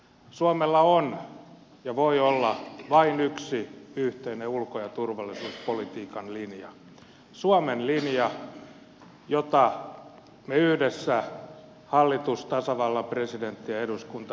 suomella on ja voi olla vain yksi yhteinen ulko ja turvallisuuspolitiikan linja suomen linja jota me yhdessä hallitus tasavallan presidentti ja eduskunta noudatamme